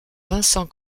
vincent